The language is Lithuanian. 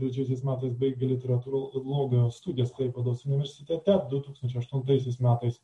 trečiaisiais metais baigė literatūrologijos studijas klaipėdos universitete du tūkstančiai aštuntaisiais metais